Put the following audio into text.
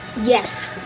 Yes